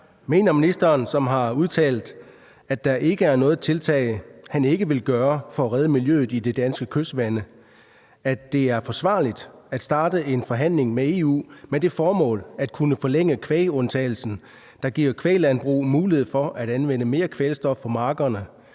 Mener ministeren, som har udtalt, at der ikke er noget tiltag, han ikke vil gøre for at redde miljøet i de danske kystvande, at det er forsvarligt at starte en forhandling med EU med det formål at kunne forlænge kvægundtagelsen, der giver kvæglandbrug mulighed for at anvende mere kvælstof på markerne,